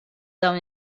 dawn